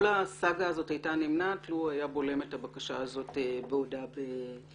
כל הסאגה הזו הייתה נמנעת לו הוא היה בולם את הבקשה הזאת בעודה באיבה.